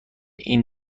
این